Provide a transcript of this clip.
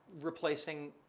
replacing